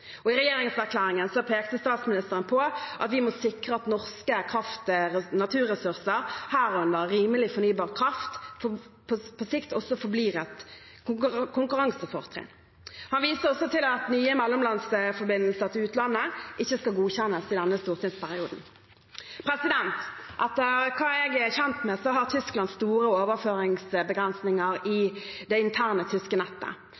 I regjeringserklæringen pekte statsministeren på at vi må sikre at norske naturressurser, herunder rimelig fornybar kraft, også på sikt forblir et konkurransefortrinn. Han viste også til at nye mellomlandsforbindelser til utlandet ikke skal godkjennes i denne stortingsperioden. Etter hva jeg er kjent med, har Tyskland store overføringsbegrensninger i det interne tyske nettet,